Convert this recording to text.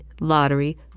lottery